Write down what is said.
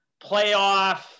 playoff